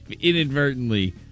Inadvertently